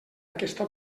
aquesta